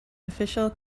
official